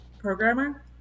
programmer